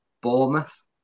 Bournemouth